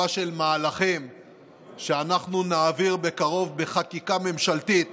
של מהלכים שאנחנו נעביר בקרוב בחקיקה ממשלתית